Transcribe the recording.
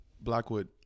Blackwood